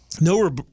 no